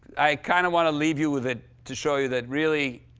i kind of want to leave you with it, to show you that really,